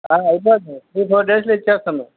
అయిపోతుంది three four డేస్లో ఇచ్చేస్తాము